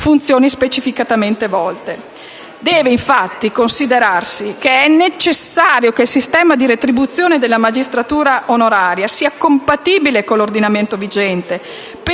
funzioni specificamente svolte. Deve, infatti, considerarsi che è necessario che il sistema di retribuzione della magistratura onoraria sia compatibile con l'ordinamento vigente.